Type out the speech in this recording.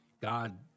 God